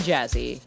Jazzy